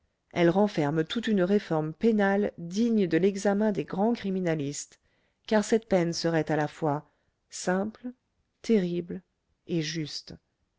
elle renferme toute une réforme pénale digne de l'examen des grands criminalistes car cette peine serait à la fois simple terrible et juste